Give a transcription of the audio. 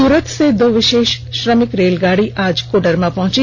सूरत से दो विषेष श्रमिक रेलगाड़ी आज कोडरमा पहुंची